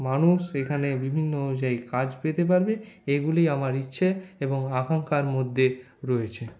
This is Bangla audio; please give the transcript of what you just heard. মানুষ এখানে বিভিন্ন অনুযায়ী কাজ পেতে পারবে এগুলিই আমার ইচ্ছে এবং আকাঙ্ক্ষার মধ্যে রয়েছে